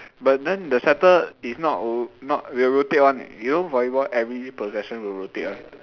but then the setter is not oh not will rotate one eh you know volleyball every possession will rotate one